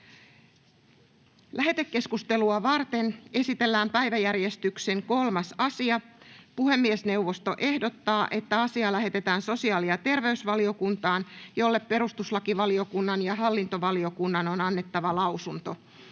Lähetekeskustelua varten esitellään päiväjärjestyksen 7. asia. Puhemiesneuvosto ehdottaa, että asia lähetetään sosiaali- ja terveysvaliokuntaan. Lähetekeskusteluun varataan enintään 30 minuuttia.